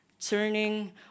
turning